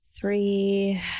Three